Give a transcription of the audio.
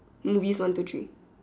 movies one two three